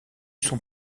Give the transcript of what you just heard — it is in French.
son